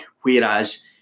Whereas